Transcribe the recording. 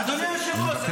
אדוני היושב-ראש?